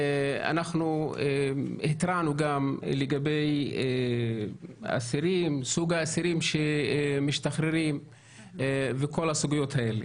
אנחנו התרענו גם לגבי סוג האסירים שמשתחררים וכל הסוגיות האלה.